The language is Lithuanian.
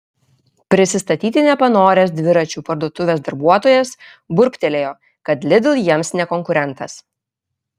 prisistatyti nepanoręs dviračių parduotuvės darbuotojas burbtelėjo kad lidl jiems ne konkurentas